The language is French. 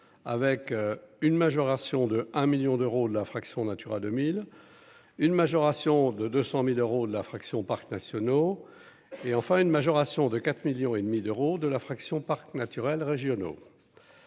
avec une majoration de 1 1000000 d'euros de l'infraction Natura 2000, une majoration de 200000 euros de l'infraction parcs nationaux et enfin une majoration de 4 millions et demi d'euros de la fraction parcs naturels régionaux.